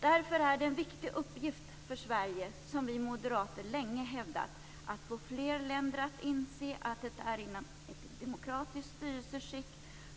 Därför är det en viktig uppgift för Sverige, som vi moderater länge hävdat, att få fler länder att inse att det är inom ett demokratiskt styresskick